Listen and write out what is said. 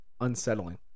unsettling